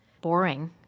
boring